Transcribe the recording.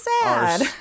sad